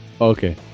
Okay